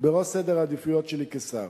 בראש סדר העדיפויות שלי כשר.